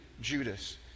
Judas